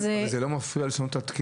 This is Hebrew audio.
אבל זה לא מפריע לשנות את התקינה.